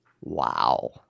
Wow